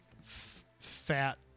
fat